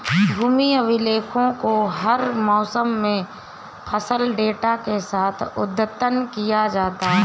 भूमि अभिलेखों को हर मौसम में फसल डेटा के साथ अद्यतन किया जाता है